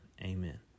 amen